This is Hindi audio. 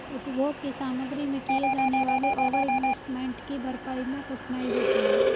उपभोग की सामग्री में किए जाने वाले ओवर इन्वेस्टमेंट की भरपाई मैं कठिनाई होती है